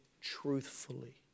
truthfully